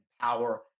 power